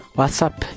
WhatsApp